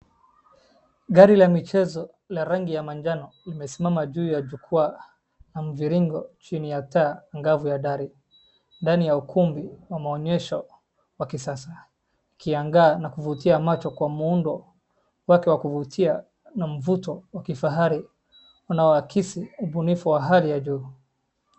Gari la michezo la rangi ya manjano limesimama juu ya jukwaa la mviringo chini ya taa angavu ya dari, ndani ya ukumbi wa maonyesho wa kisasa, ukiangaa na kuvutia macho kwa muundo wake wa kuvutia na mvuto wa kifahari unaoakisi ubunifu wa hali ya juu.